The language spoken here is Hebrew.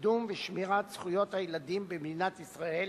בקידום ושמירת זכויות הילדים במדינת ישראל